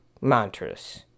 mantras